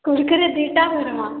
କୁର୍କୁରେ ଦୁଇଟା କିଣମା